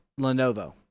Lenovo